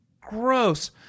gross